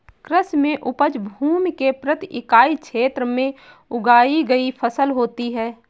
कृषि में उपज भूमि के प्रति इकाई क्षेत्र में उगाई गई फसल होती है